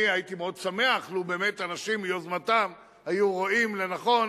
אני הייתי מאוד שמח לו אנשים מיוזמתם היו רואים לנכון